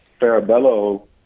Farabello